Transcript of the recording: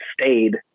stayed